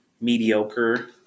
mediocre